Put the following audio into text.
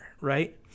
right